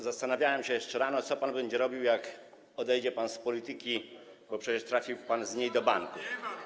Zastanawiałem się jeszcze rano, co pan będzie robił, jak odejdzie pan z polityki, bo przecież trafiłby pan z niej do banku.